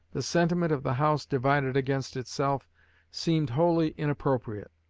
the sentiment of the house divided against itself seemed wholly inappropriate.